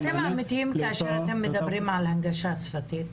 אתם אמיתיים כשאתם מדברים על הנגשה שפתית?